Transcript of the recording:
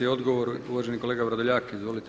Odgovor uvaženi kolega Vrdoljak, izvolite.